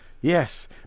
Yes